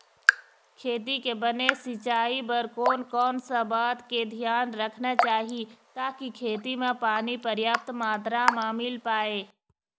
खेती के बने सिचाई बर कोन कौन सा बात के धियान रखना चाही ताकि खेती मा पानी पर्याप्त मात्रा मा मिल पाए?